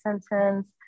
sentence